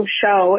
show